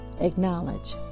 acknowledge